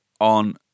on